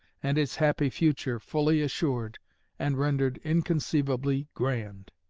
and its happy future fully assured and rendered inconceivably grand.